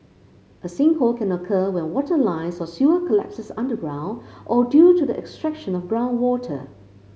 a sinkhole can occur when water lines or sewer collapses underground or due to the extraction of groundwater